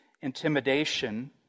intimidation